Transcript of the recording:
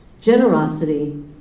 generosity